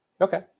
Okay